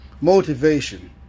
motivation